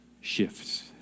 shifts